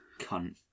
cunt